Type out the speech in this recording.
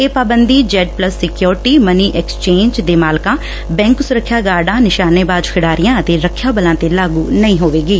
ਇਹ ਪਾਬੰਦੀ Z plus security money exchange ਦੇ ਮਾਲਕਾਂ ਬੈਂਕ ਸੁਰੱਖਿਆ ਗਾਰਡਾ ਨਿਸ਼ਾਨੇ ਬਾਜ਼ ਖਿਡਾਰੀਆਂ ਅਤੇ ਰੱਖਿਆ ਬਲਾਂ ਤੇ ਲਾਗੁ ਨਹੀਂ ਹੋਵੇਗੀ